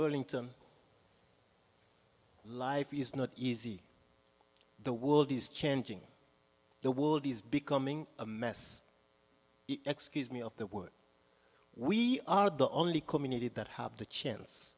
burlington life is not easy the world is changing the world is becoming a mess excuse me of the wood we are the only community that have the chance